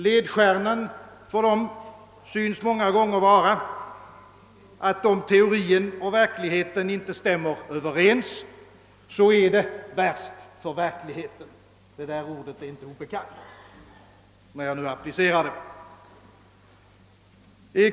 Ledstjärnan för dem synes många gånger vara, att om teorin och verkligheten inte stämmer överens är det värst för verkligheten.